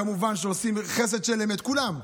וזק"א, כמובן, שעושים, וחסד של אמת, כולם.